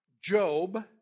Job